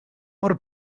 mor